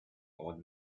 old